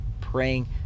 Praying